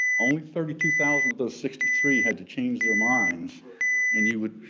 only thirty two thousand votes, sixty three had to change their minds and you would,